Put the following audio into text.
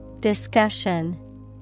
Discussion